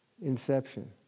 Inception